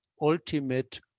ultimate